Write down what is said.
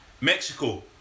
Mexico